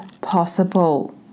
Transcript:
possible